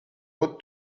ought